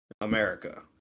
America